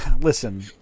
Listen